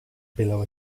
below